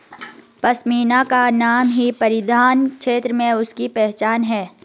पशमीना का नाम ही परिधान क्षेत्र में उसकी पहचान है